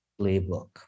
playbook